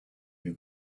who